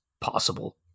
possible